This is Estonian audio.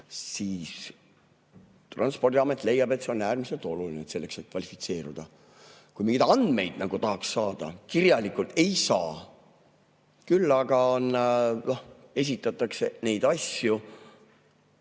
siis Transpordiamet leiab, et see on äärmiselt oluline, selleks et kvalifitseeruda. Kui neid andmeid nagu tahaks saada kirjalikult – ei saa. Küll aga esitatakse neid asju